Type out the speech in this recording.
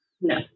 No